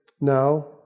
now